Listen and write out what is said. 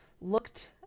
looked